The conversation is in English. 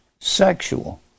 sexual